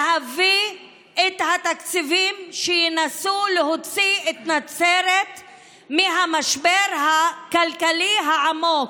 להביא את התקציבים שינסו להוציא את נצרת מהמשבר הכלכלי העמוק.